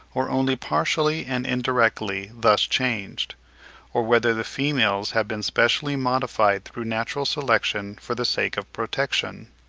or only partially and indirectly thus changed or whether the females have been specially modified through natural selection for the sake of protection.